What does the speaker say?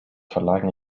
verlagen